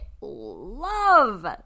love